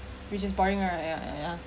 which is boring right yeah yeah yeah